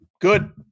Good